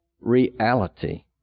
reality